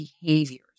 behaviors